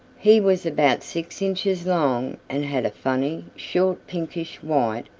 he was about six inches long and had a funny, short, pinkish-white,